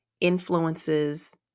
influences